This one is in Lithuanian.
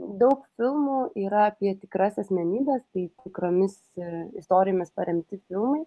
daug filmų yra apie tikras asmenybes tai tikromis istorijomis paremti filmai